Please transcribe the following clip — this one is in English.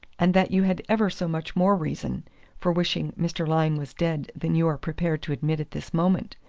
and that you had ever so much more reason for wishing mr. lyne was dead than you are prepared to admit at this moment.